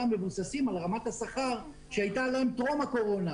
מבוססים על רמת השכר שהייתה להם טרום הקורונה.